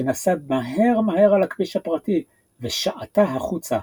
שנסעה מהר מהר על הכביש הפרטי ושעטה החוצה,